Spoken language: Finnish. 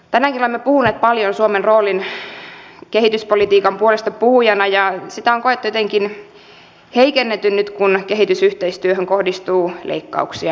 tänäänkin olemme puhuneet paljon suomen roolista kehityspolitiikan puolestapuhujana ja sitä on koettu jotenkin heikennetyn kun kehitysyhteistyöhön kohdistuu leikkauksia